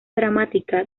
dramática